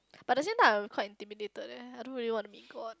but at the same time I'm quite intimidated eh I don't really want to meet God